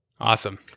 Awesome